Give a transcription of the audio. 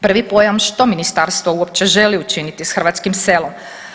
Prvi pojam, što ministarstvo uopće želi učiniti s hrvatskim selom.